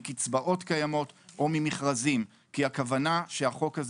מקצבאות קיימות או ממכרזים כי ,הכוונה שהחוק הזה